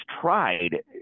tried